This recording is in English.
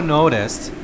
noticed